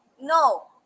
No